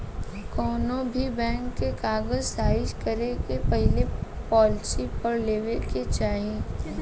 कौनोभी बैंक के कागज़ साइन करे से पहले पॉलिसी पढ़ लेवे के चाही